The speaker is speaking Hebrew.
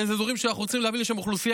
אזורים שאנחנו רוצים להביא לשם אוכלוסייה